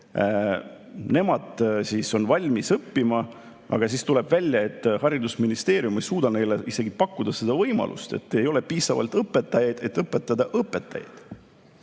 C1-taset, on valmis õppima, aga siis tuleb välja, et haridusministeerium ei suuda neile isegi pakkuda seda võimalust. Ei ole piisavalt õpetajaid, et õpetada õpetajaid.